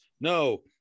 No